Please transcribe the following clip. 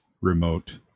remote